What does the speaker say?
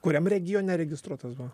kuriam regione registruotas buvo